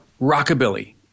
rockabilly